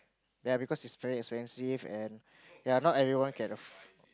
ya because it's very expensive and ya not everyone can afford